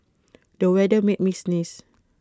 the weather made me sneeze